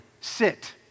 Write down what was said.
sit